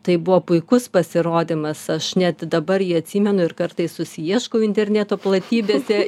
tai buvo puikus pasirodymas aš net dabar jį atsimenu ir kartais susiieškau interneto platybėse